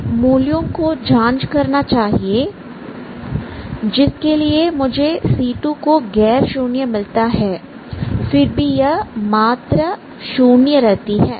के मूल्यों को जांच करना चाहिए जिसके लिए मुझे c2 को गैर शून्य मिलता है फिर भी यह मात्र 0 रहती है